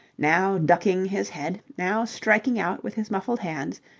now ducking his head, now striking out with his muffled hands,